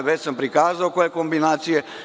Već sam prikazao koje kombinacije.